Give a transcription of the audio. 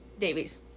Davies